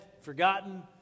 forgotten